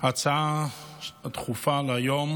ההצעה הדחופה להיום